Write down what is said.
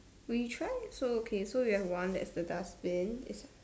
we try so okay so we have one that's the dustbin is